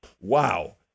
Wow